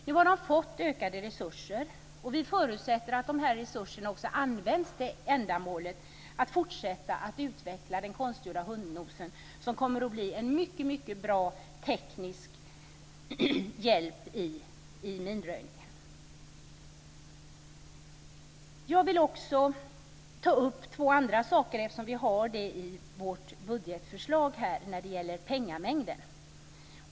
Nu har de fått ökade resurser, och vi förutsätter att de resurserna också används till ändamålet att fortsätta att utveckla den konstgjorda hundnosen, som kommer att bli en mycket bra teknisk hjälp i minröjningen. Jag vill också ta upp två andra saker som vi har i vårt budgetförslag när det gäller pengamängden.